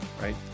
Right